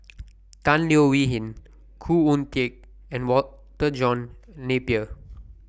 Tan Leo Wee Hin Khoo Oon Teik and Walter John Napier